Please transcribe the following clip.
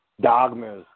Dogmas